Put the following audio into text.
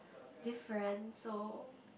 different so